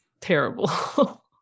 terrible